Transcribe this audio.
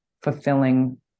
fulfilling